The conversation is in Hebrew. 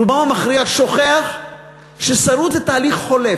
רובם המכריע שוכח ששרות זה תהליך חולף.